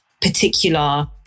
particular